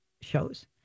shows